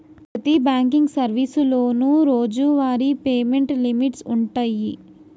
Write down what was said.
ప్రతి బాంకింగ్ సర్వీసులోనూ రోజువారీ పేమెంట్ లిమిట్స్ వుంటయ్యి